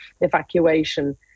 evacuation